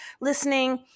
listening